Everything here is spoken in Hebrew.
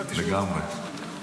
לגמרי.